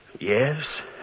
Yes